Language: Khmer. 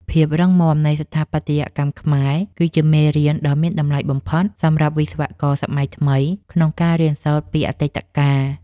ភាពរឹងមាំនៃស្ថាបត្យកម្មខ្មែរគឺជាមេរៀនដ៏មានតម្លៃបំផុតសម្រាប់វិស្វករសម័យថ្មីក្នុងការរៀនសូត្រពីអតីតកាល។